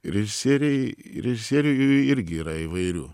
režisieriai režisierių irgi yra įvairių